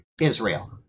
Israel